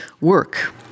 work